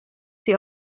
sie